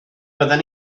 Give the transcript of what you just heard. byddem